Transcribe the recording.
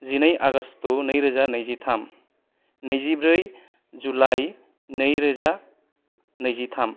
जिनै आगष्ट' नैरोजा नैजिथाम नैजिब्रै जुलाइ नैरोजा नैजिथाम